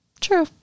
true